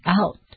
out